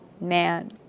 man